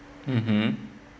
mmhmm